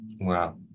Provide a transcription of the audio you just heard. wow